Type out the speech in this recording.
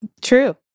true